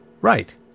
Right